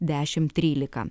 dešim trylika